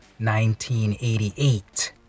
1988